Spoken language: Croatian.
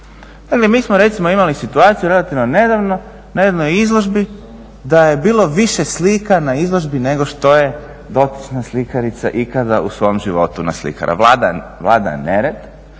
Mi smo recimo imali situaciju relativno nedavno na jednoj izložbi da je bilo više slika na izložbi nego što je dotična slikarica ikada u svom životu naslikala. Vlada nered